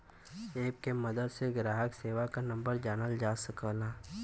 app के मदद से ग्राहक सेवा क नंबर जानल जा सकला